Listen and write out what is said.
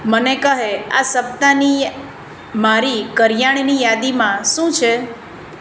મને કહે આ સપ્તાહની મારી કરિયાણાની યાદીમાં શું છે